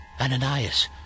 Ananias